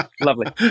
lovely